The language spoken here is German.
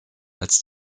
als